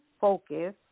focus